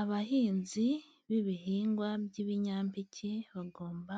Abahinzi b'ibihingwa by'ibinyampeke bagomba